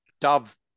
Dove